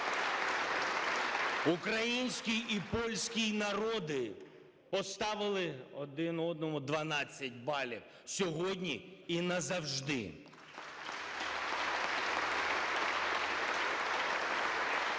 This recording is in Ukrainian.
Український і польський народи поставили один одному 12 балів сьогодні і назавжди. (Оплески)